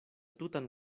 tutan